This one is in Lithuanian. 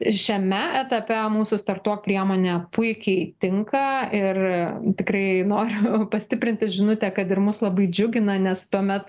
šiame etape mūsų startuok priemonė puikiai tinka ir tikrai noriu pastiprinti žinutę kad ir mus labai džiugina nes tuomet